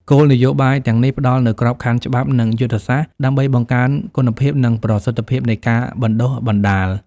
គោលនយោបាយទាំងនេះផ្តល់នូវក្របខណ្ឌច្បាប់ និងយុទ្ធសាស្ត្រដើម្បីបង្កើនគុណភាព និងប្រសិទ្ធភាពនៃការបណ្តុះបណ្តាល។